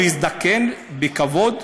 להזדקן בכבוד.